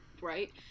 right